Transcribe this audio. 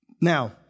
Now